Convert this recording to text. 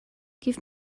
give